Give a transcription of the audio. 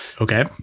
Okay